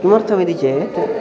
किमर्थमिति चेत्